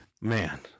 man